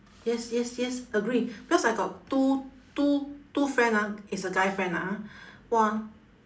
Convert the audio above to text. yes yes yes agree because I got two two two friend ah it's a guy friend ah ha